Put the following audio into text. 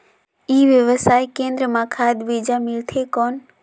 ई व्यवसाय केंद्र मां खाद बीजा मिलथे कौन?